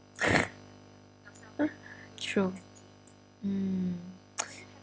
true mm